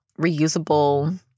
reusable